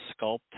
sculpt